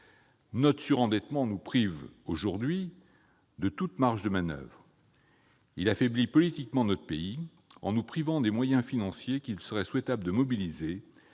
Notre surendettement nous prive aujourd'hui de toute marge de manoeuvre. Il affaiblit politiquement notre pays, en nous privant des moyens financiers qu'il serait souhaitable de mobiliser